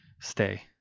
Stay